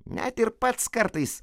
net ir pats kartais